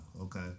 okay